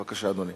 בבקשה, אדוני.